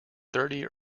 thirty